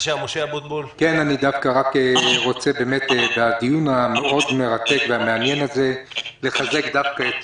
אני רוצה בדיון המאוד מרתק ומעניין הזה לחזק דווקא את